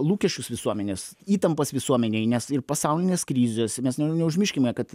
lūkesčius visuomenės įtampas visuomenėj nes ir pasaulinės krizės mes ne neužmirškime kad